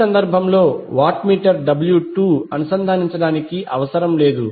ఈ సందర్భంలో watt meter W 2 అనుసంధానించడానికి అవసరం లేదు